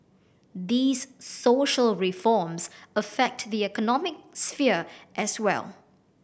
these social reforms affect the economic sphere as well